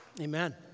Amen